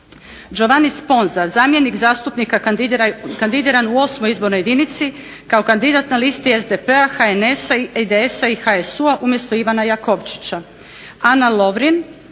Đovani Sponza zamjenik zastupnika kandidiran u 8. izbornoj jedinici kao kandidat na listi SDP-a, HNS-a, IDS-a i HSU-a umjesto Ivana Jakovčića, Ana Lovrin